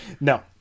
No